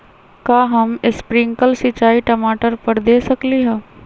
का हम स्प्रिंकल सिंचाई टमाटर पर दे सकली ह?